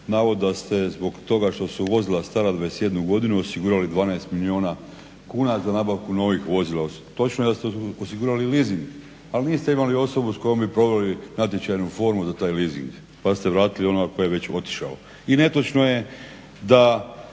navod da ste zbog toga što su vozila stara 21 godinu osigurali 12 milijuna kuna za nabavku novih vozila. Točno je da ste osigurali leasing, ali niste imali osobu s kojom bi proveli natječajnu formu za taj leasing pa ste vratili onoga tko je već otišao. I netočno je da